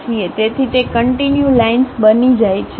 તેથી તે continue lines બની જાય છે